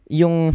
yung